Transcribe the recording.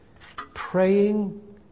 praying